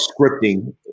scripting